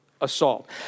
assault